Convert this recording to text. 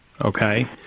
okay